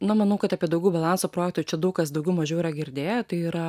na manau kad apie daugiau balanso projektą čia daug kas daugiau mažiau yra girdėję tai yra